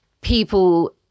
people